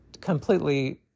completely